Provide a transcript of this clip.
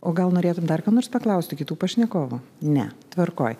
o gal norėtum dar ko nors paklausti kitų pašnekovų ne tvarkoj